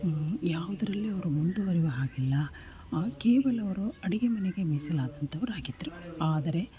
ಯಾವುದ್ರಲ್ಲಿಯು ಅವ್ರು ಮುಂದುವರಿಯುವ ಹಾಗಿಲ್ಲ ಕೇವಲ ಅವರು ಅಡಿಗೆ ಮನೆಗೆ ಮೀಸಲಾದಂತವ್ರು ಆಗಿದ್ದರು ಆದರೆ